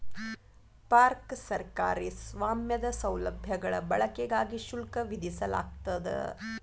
park ಸರ್ಕಾರಿ ಸ್ವಾಮ್ಯದ ಸೌಲಭ್ಯಗಳ ಬಳಕೆಗಾಗಿ ಶುಲ್ಕ ವಿಧಿಸಲಾಗ್ತದ